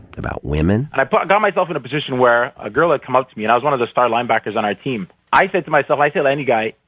about women, and i got myself in a position where a girl had come up to me, and i was one of the star linebackers linebackers on our team. i said to myself, i tell any guy,